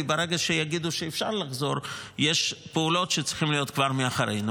כי ברגע שיגידו שאפשר לחזור יש פעולות שצריכות להיות כבר מאחורינו.